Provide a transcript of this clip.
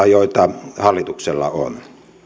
joita hallituksella on